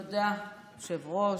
תודה, אדוני היושב-ראש.